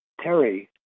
Terry